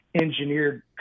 engineered